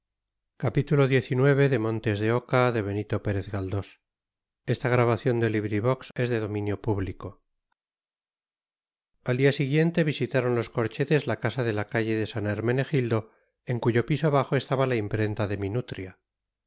al día siguiente visitaron los corchetes la casa de la calle de san hermenegildo en cuyo piso bajo estaba la imprenta de minutria